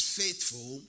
faithful